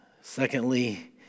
Secondly